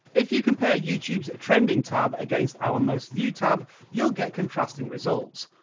if you compare youtube's trending tab against our most viewed tab you'll get contrasting results.